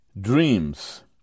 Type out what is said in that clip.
dreams